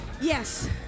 Yes